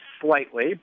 slightly